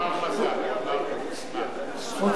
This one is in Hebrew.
הוא לא אמר "חזק", הוא אמר: "בעוצמה".